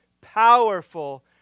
powerful